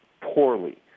poorly